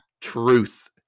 Truth